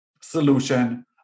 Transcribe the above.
solution